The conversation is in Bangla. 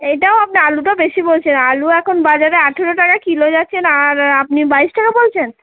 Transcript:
এটাও আপনি আলুটাও বেশি বলছেন আলু এখন বাজারে আঠেরো টাকা কিলো যাচ্ছে আর আপনি বাইশ টাকা বলছেন